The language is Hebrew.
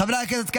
חברי הכנסת,